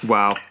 Wow